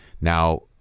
Now